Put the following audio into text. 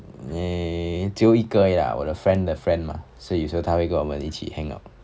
只有一个而已 lah 我的 friend 的 friend mah 所以有时候他会跟我们一起 hang out